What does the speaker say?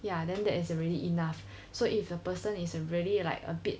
ya then that is already enough so if a person is really like a bit